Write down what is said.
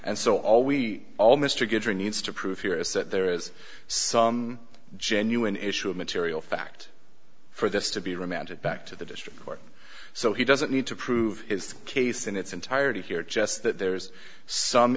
and so all we all mr goodere needs to prove here is that there is some genuine issue of material fact for this to be remanded back to the district court so he doesn't need to prove his case in its entirety here just that there's some